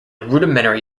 rudimentary